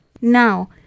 Now